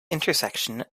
intersection